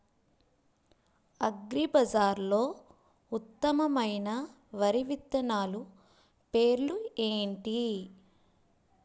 అగ్రిబజార్లో ఉత్తమమైన వరి విత్తనాలు పేర్లు ఏంటి?